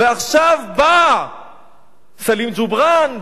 ועכשיו בא סלים ג'ובראן,